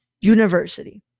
University